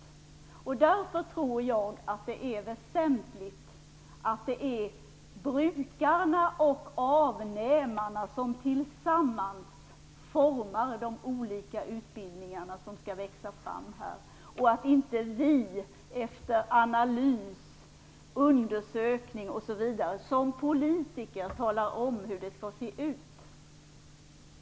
Därför tror jag att det är väsentligt att brukarna och avnämarna tillsammans formar de olika utbildningar som här skall växa fram. Det är inte vi politiker som efter analys, undersökning osv. skall tala om hur de skall se ut.